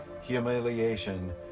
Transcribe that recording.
humiliation